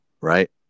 right